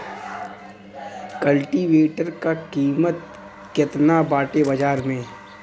कल्टी वेटर क कीमत केतना बाटे बाजार में?